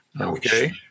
Okay